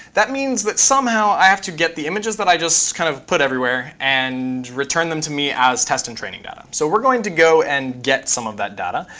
that means that somehow, i have to get the images that i just kind of put everywhere and return them to me as test and training data. so we're going to go and get some of that data.